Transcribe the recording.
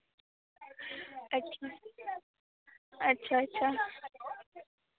अच्छा अच्छा अच्छा